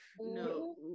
No